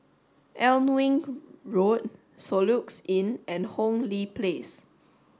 Alnwick Road Soluxe Inn and Hong Lee Place